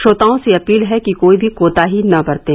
श्रोताओं से अपील है कि कोई भी कोताही न बरतें